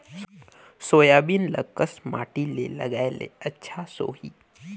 Soybean ल कस माटी मे लगाय ले अच्छा सोही?